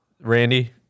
Randy